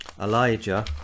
Elijah